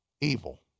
evil